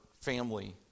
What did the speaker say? family